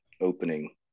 opening